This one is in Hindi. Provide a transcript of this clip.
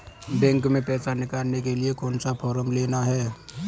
बैंक में पैसा निकालने के लिए कौन सा फॉर्म लेना है?